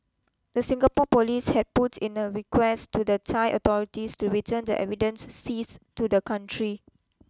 the Singapore police had put in a request to the Thai authorities to return the evidence seized to the country